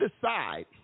decide